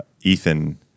Ethan